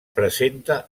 presenta